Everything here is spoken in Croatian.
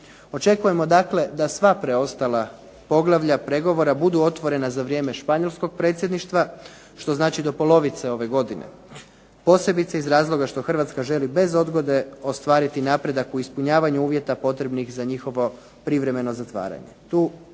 Očekujemo dakle da sva preostala poglavlja, pregovori budu otvoreni za vrijeme španjolskog predsjedništva što znači do polovice ove godine, posebice iz razloga što Hrvatska želi bez odgode ostvariti napredak u ispunjavanju uvjeta potrebnih za njihovo privremeno zatvaranje. Tu